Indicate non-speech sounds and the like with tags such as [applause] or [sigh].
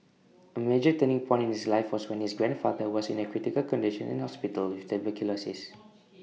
A major turning point in his life was when his grandfather was in A critical condition in hospital with tuberculosis [noise]